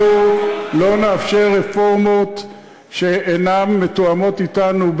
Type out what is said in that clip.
אנחנו לא נאפשר רפורמות שאינן מתואמות אתנו,